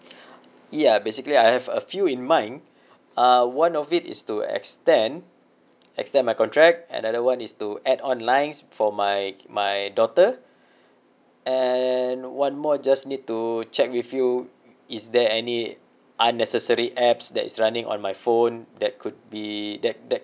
ya basically I have a few in mind uh one of it is to extend extend my contract another one is to add on lines for my my daughter and one more just need to check with you is there any unnecessary apps that is running on my phone that could be that that